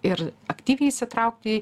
ir aktyviai įsitraukti į